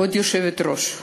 כבוד היושבת-ראש,